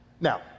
Now